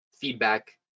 feedback